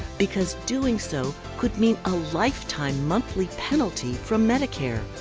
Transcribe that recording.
because doing so could mean a lifetime monthly penalty from medicare!